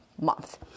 month